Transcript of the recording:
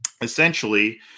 essentially